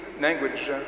language